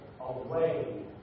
Away